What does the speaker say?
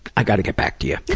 i gotta get back to ya.